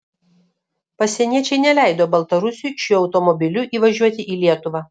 pasieniečiai neleido baltarusiui šiuo automobiliu įvažiuoti į lietuvą